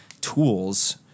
tools